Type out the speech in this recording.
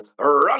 Run